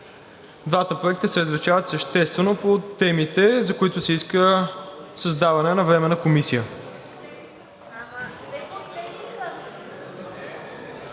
двата проекта се различават съществено по темите, за които се иска създаване на Временна комисия.